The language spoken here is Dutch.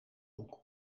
boek